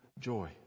joy